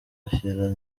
ashyira